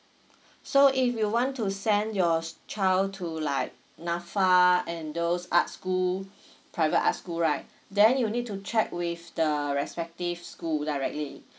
so if you want to send your child to like nafa and those arts pool private art school right then you need to check with the respective school directly